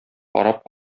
карап